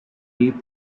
deep